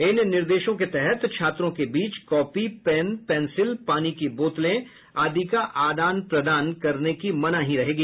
इन निर्देशों के तहत छात्रों के बीच कॉपी पेन पेंसिल पानी की बोतलों आदि का आदान प्रदान करने की मनाही रहेगी